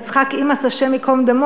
יצחק איימס הי"ד,